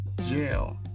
Jail